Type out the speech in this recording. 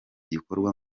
gikorwa